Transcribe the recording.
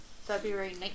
February